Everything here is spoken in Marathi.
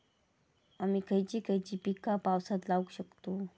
आम्ही खयची खयची पीका पावसात लावक शकतु?